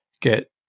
get